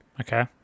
okay